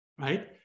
right